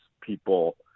people